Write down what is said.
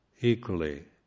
equally